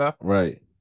Right